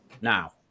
now